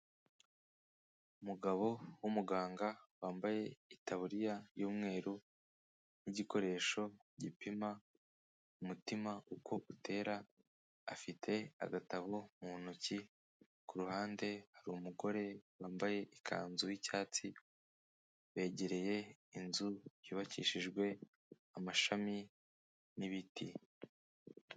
Umugabo w'umuganga wambaye itaburiya y'umweru n'igikoresho gipima umutima uko utera, afite agatabo mu ntoki, ku ruhande hari umugore wambaye ikanzu y'icyatsi, begereye inzu yubakishijwe amashami n'ibiti.